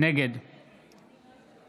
נגד